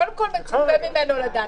קודם כול, מצופה ממנו לדעת.